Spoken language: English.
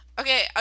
Okay